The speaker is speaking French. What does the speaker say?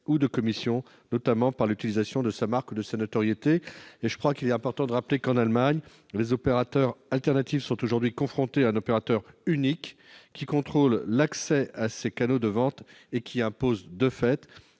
ou de commissions, notamment par l'utilisation de sa marque ou de sa notoriété. Il est important de rappeler qu'en Allemagne les opérateurs alternatifs sont aujourd'hui confrontés à un opérateur unique qui contrôle l'accès à ses canaux de vente et impose, de fait,